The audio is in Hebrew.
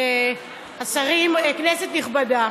השרים, כנסת נכבדה,